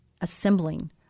assembling